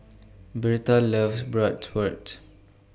Birtha loves Bratwurst